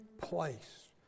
place